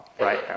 right